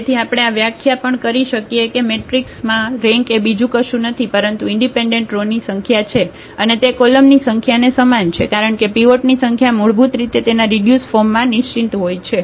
તેથી આપણે આ વ્યાખ્યા પણ કરી શકીએ કે મેટ્રિક્સમાં રેન્ક એ બીજું કશું નથી પરંતુ ઇન્ડિપેન્ડન્ટ રો ની સંખ્યા છે અને તે કોલમની સંખ્યાને સમાન છે કારણ કે પીવોટ ની સંખ્યા મૂળભૂત રીતે તેના રીડ્યુસ ફોર્મમાં નિશ્ચિત હોય છે